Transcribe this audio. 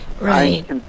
right